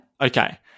Okay